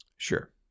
Sure